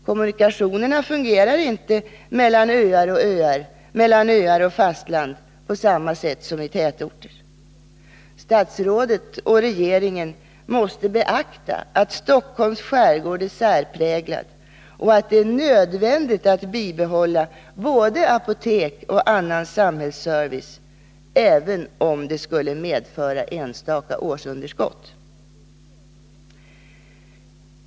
Kommunikationerna fungerar inte mellan öar och öar eller mellan öar och fastland på samma sätt som i tätorter. Statsrådet och regeringen måste beakta att Stockholms skärgård är särpräglad och att det är nödvändigt att bibehålla både apotek och annan samhällsservice även om det skulle medföra enstaka årsunderskott.